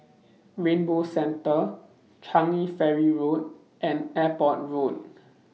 Rainbow Centre Changi Ferry Road and Airport Road